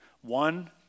One